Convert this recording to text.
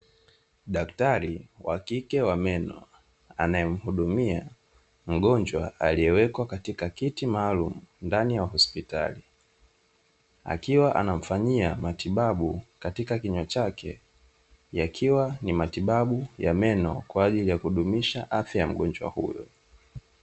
Daktari wa kike wa meno anayemhudumia mgonjwa aliyewekwa katika kiti maalumu ndani ya hospitali, akiwa anamfanyia matibabu katika kinywa chake, yakiwa ni matibabu ya meno kwa ajili ya kudumisha afya ya mgonjwa huyo.